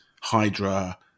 Hydra